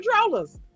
controllers